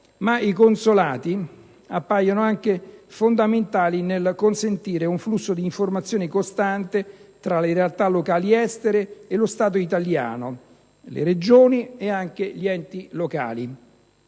Ma i consolati appaiono anche fondamentali nel consentire un flusso costante di informazioni tra le realtà locali estere e lo Stato italiano, le Regioni e gli enti locali.